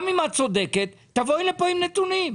גם אם את צודקת תבואי לפה עם נתונים,